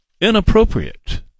inappropriate